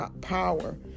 power